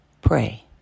pray